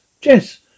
Jess